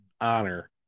honor